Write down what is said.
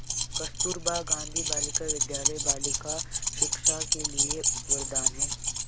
कस्तूरबा गांधी बालिका विद्यालय बालिका शिक्षा के लिए वरदान है